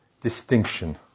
distinction